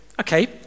okay